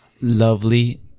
Lovely